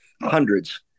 hundreds